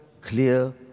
clear